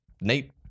Nate